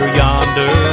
yonder